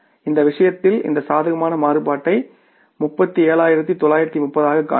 இந்த விஷயத்தில் இந்த சாதகமான மாறுபாட்டை 37930 ஆகக் காண்போம்